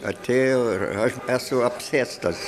atėjo ir aš esu apsėstas